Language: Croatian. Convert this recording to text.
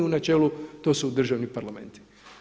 U načelu to su državni parlamenti.